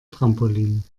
trampolin